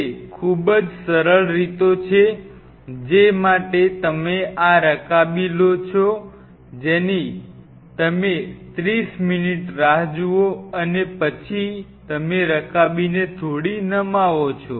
તે ખૂબ જ સરળ રીતો છે જે માટે તમે આ રકાબી લો છો જેની તમે ત્રીસ મિનિટ રાહ જુઓ અને પછી તમે રકાબીને થોડી નમાવો છો